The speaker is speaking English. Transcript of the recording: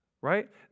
Right